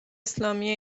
اسلامی